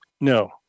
No